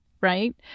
right